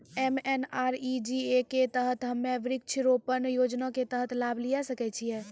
MNREGA के तहत हम्मय वृक्ष रोपण योजना के तहत लाभ लिये सकय छियै?